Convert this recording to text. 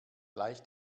gleich